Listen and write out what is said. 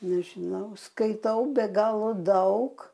nežinau skaitau be galo daug